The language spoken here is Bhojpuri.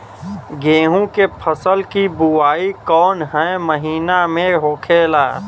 गेहूँ के फसल की बुवाई कौन हैं महीना में होखेला?